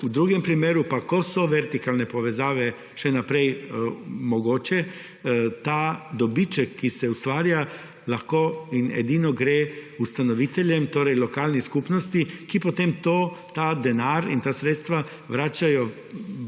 V drugem primeru, ko so vertikalne povezave še naprej mogoče, pa ta dobiček, ki se ustvarja, lahko gre edino ustanoviteljem, torej lokalni skupnosti, ki potem ta denar in ta sredstva vrača